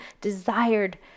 desired